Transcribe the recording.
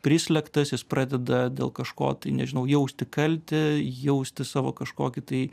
prislėgtas jis pradeda dėl kažko tai nežinau jausti kaltę jausti savo kažkokį tai